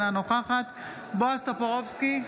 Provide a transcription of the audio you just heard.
אינה נוכחת בועז טופורובסקי,